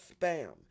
spam